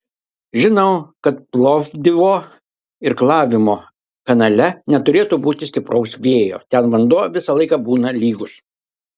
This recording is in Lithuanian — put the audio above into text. žinau kad plovdivo irklavimo kanale neturėtų būti stipraus vėjo ten vanduo visą laiką būna lygus